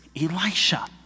Elisha